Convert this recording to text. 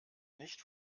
nicht